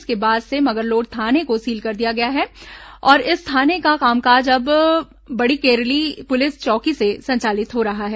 इसके बाद से मगरलोड थाने को सील कर दिया गया है और इस थाने का कामकाज अब बड़ीकरेली पुलिस चौकी से संचालित हो रहा है